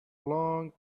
long